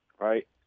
right